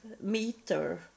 meter